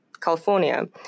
California